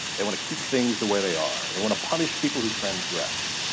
they want to keep things the way they are. they want to punish people who transgress.